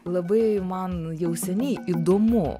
labai man jau seniai įdomu